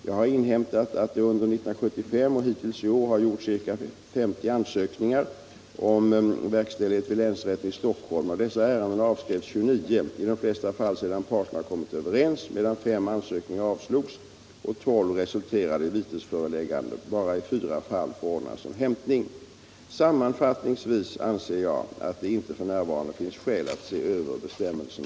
Jag har Sammanfattningsvis anser jag att det inte f. n. finns skäl att se över — av lagstiftningen bestämmelserna på området. rörande vårdnaden av barn